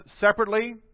separately